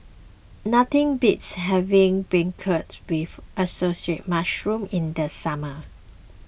Nothing beats having Beancurd with Assorted Mushrooms in the summer